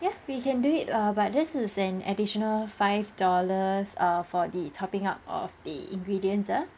ya we can do it err but this is an additional five dollars err for the topping up of the ingredients err